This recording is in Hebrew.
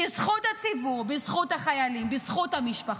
בזכות הציבור, בזכות החיילים, בזכות המשפחות.